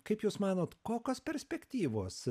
kaip jūs manote kokios perspektyvos